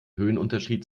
höhenunterschied